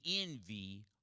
envy